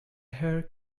hair